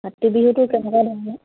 কাতি বিহুটো কেনেকুৱা ধৰণৰ